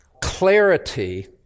clarity